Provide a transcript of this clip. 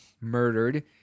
murdered